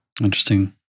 Interesting